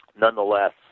Nonetheless